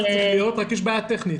זאת אומרת, יש בעיה טכנית.